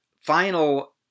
final